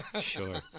sure